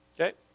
Okay